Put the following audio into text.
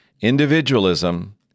Individualism